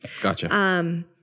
Gotcha